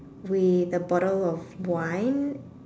with a bottle of wine